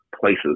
places